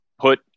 put